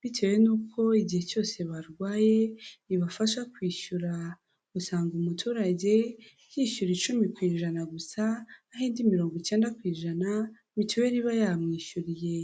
bitewe n'uko igihe cyose barwaye ibafasha kwishyura. Usanga umuturage yishyura icumi ku ijana gusa, naho indi mirongo cyenda ku ijana, mituweli iba yamwishyuriye.